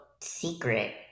secret